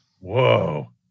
Whoa